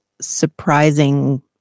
surprising